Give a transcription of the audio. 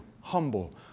humble